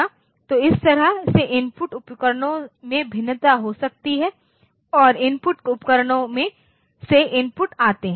तो इस तरह से इनपुट उपकरणों में भिन्नता हो सकती है और इनपुट उपकरणों से इनपुट आते हैं